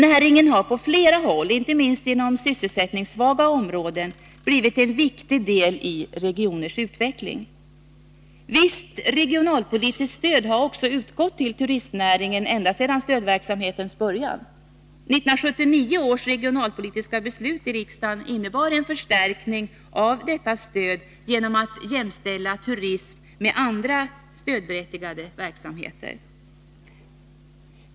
Näringen har på flera håll, inte minst inom sysselsättningssvaga områden, blivit en viktig del i regionens utveckling. Visst regionalpolitiskt stöd har också utgått till turistnäringen ända sedan stödverksamhetens början. 1979 års regionalpolitiska beslut i riksdagen innebar en förstärkning av detta stöd genom att det jämställde turism med andra stödberättigade verksamheter.